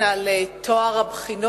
שהעביר מסר חשוב לגבי טוהר הבחינות,